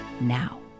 now